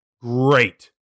great